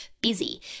busy